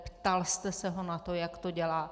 Ptal jste se ho na to, jak to dělá?